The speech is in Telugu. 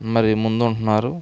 మరి ముందుంటున్నారు